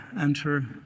enter